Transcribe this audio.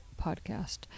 podcast